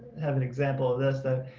have an example of this though.